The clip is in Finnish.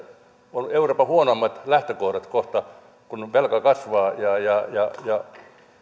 on euroopan huonoimmat lähtökohdat kohta kun velka kasvaa ja ja